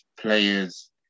players